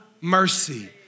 mercy